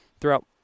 throughout